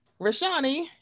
Rashani